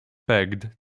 pegged